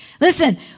Listen